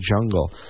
jungle